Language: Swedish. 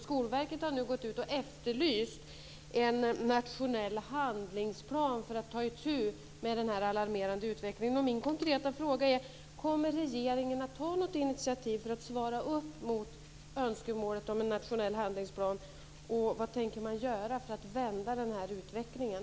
Skolverket har nu efterlyst en nationell handlingsplan för att ta itu med den alarmerande utvecklingen.